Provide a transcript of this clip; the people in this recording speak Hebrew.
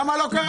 למה זה לא קרה?